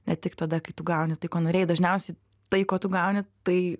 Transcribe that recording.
ne tik tada kai tu gauni tai ko norėjai dažniausiai tai ko tu gauni tai